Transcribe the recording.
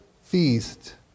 feast